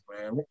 man